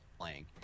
playing